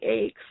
eggs